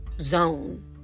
zone